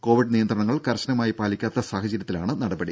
Covid നിയന്ത്രണങ്ങൾ കർശനമായി പാലിക്കാത്ത സാഹചര്യത്തിലാണ് നടപടി